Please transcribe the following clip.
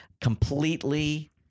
completely